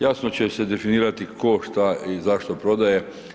Jasno će se definirati tko šta i zašto prodaje.